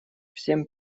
всем